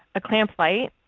a clamp light